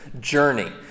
journey